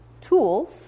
tools